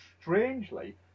strangely